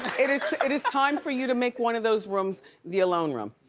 it is it is time for you to make one of those rooms the alone room.